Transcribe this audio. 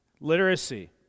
literacy